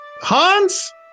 Hans